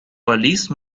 police